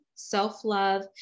self-love